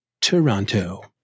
Toronto